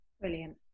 Brilliant